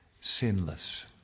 Sinless